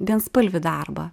vienspalvį darbą